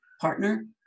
partner